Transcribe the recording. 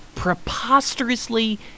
preposterously